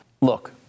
Look